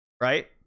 right